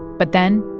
but then,